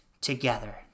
together